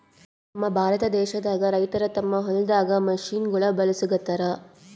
ನಮ್ ಭಾರತ ದೇಶದಾಗ್ ರೈತರ್ ತಮ್ಮ್ ಹೊಲ್ದಾಗ್ ಮಷಿನಗೋಳ್ ಬಳಸುಗತ್ತರ್